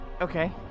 Okay